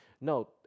No